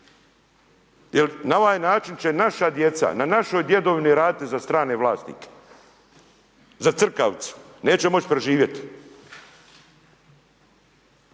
Na ovaj način će naša djeca, na našoj djedovini raditi za strane vlasnike, za crkavicu. Neće moći preživjeti.